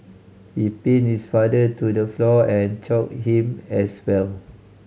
he pinned his father to the floor and choked him as well